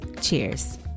Cheers